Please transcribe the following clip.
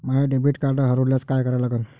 माय debit card हरोल्यास काय करा लागन?